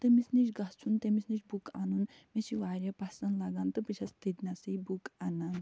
تٔمِس نِش گَژھُن تٔمِس نِش بُکہٕ اَنُن مےٚ چھِ یہِ وارِیاہ پَسنٛد لاگان تہٕ بہٕ چھَس تٔتۍنَسٕے بُک اَنان